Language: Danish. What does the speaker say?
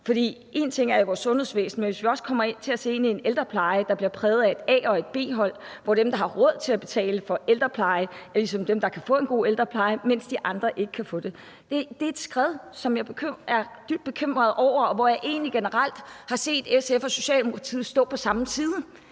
det sker i vores sundhedsvæsen, men hvis vi også kommer til at se ind i en ældrepleje, der bliver præget af at have et A- og et B-hold, hvor dem, der har råd til at betale for ældrepleje, ligesom bliver dem, der kan få en god ældrepleje, mens de andre ikke kan få det, så er det et skred, som jeg er dybt bekymret over. Det er et område, hvor jeg egentlig generelt har set SF og Socialdemokratiet stå på samme side,